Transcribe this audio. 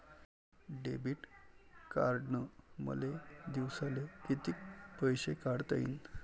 Debit कार्डनं मले दिवसाले कितीक पैसे काढता येईन?